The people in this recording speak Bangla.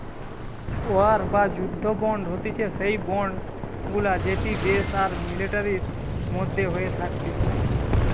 ওয়ার বা যুদ্ধ বন্ড হতিছে সেই বন্ড গুলা যেটি দেশ আর মিলিটারির মধ্যে হয়ে থাকতিছে